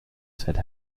said